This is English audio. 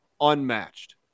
unmatched